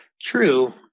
True